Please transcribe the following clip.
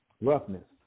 roughness